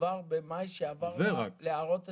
כבר במאי שעבר להערות הציבור?